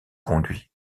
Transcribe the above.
conduit